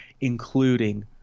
including